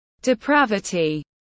depravity